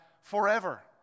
forever